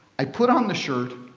i put on the shirt,